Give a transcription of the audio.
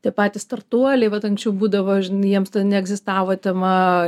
tie patys startuoliai vat anksčiau būdavo jiems ten neegzistavo tema